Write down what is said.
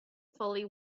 fully